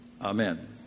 Amen